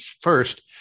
first